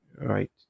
right